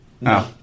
No